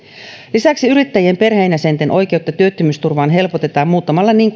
lisäksi yrittäjien perheenjäsenten oikeutta työttömyysturvaan helpotetaan muuttamalla niin